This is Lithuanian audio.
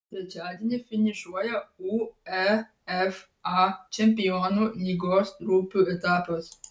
trečiadienį finišuoja uefa čempionų lygos grupių etapas